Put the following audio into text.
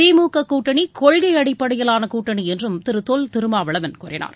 திமுக கூட்டணி கொள்கை அடிப்படையிலான கூட்டணி என்றும் திரு தொல் திருமாவளவன் கூறினார்